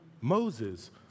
Moses